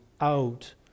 out